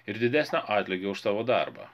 ir didesnio atlygio už savo darbą